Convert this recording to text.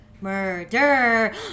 murder